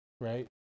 Right